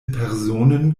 personen